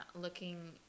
looking